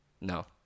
No